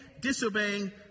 disobeying